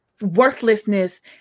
worthlessness